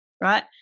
right